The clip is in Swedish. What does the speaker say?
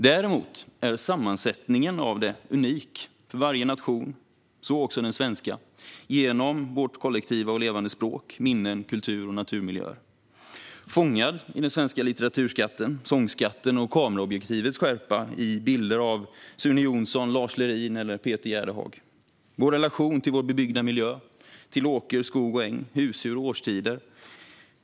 Däremot är sammansättningen av dessa delar unik för varje nation, så också för den svenska genom vårt kollektiva och levande språk, våra minnen och våra kultur och naturmiljöer. Den är fångad i den svenska litteraturskatten och sångskatten, liksom i kameraobjektivets skärpa i bilder av Sune Jonsson, Lars Lerin eller Peter Gerdehag. Där syns vår relation till vår bebyggda miljö, till åker, skog och äng, husdjur och årstider.